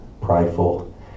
prideful